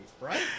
right